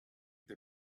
they